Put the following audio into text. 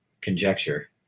conjecture